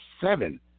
seven